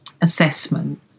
assessment